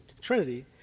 Trinity